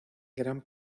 gran